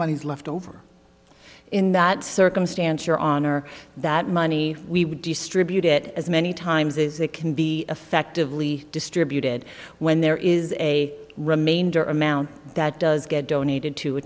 money is left over in that circumstance your honor that money we would distribute it as many times is it can be effectively distributed when there is a remainder amount that does get donated to a